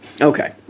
Okay